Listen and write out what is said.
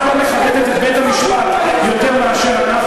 את לא מכבדת את בית-המשפט יותר מאשר אנחנו.